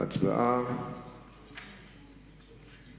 ההצעה להעביר את הנושא לוועדת הכנסת נתקבלה.